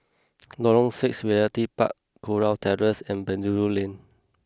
Lorong Six Realty Park Kurau Terrace and Penjuru Lane